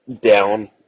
down